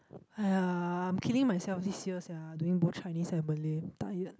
!aiya! I am killing myself this year sia doing both Chinese and malay tired